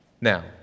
Now